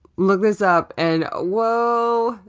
looked this up and whoa,